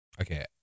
Okay